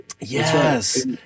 Yes